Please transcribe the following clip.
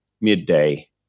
midday